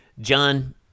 John